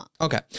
Okay